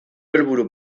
helburu